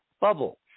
bubble